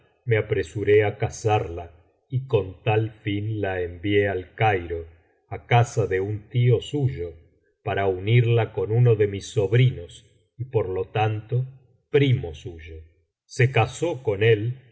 me apresuré á casarla y con tal fin la envié al cairo á casa de un tío suyo para unirla con uno de mis sobrinos y por lo tanto primo suyo se casó con él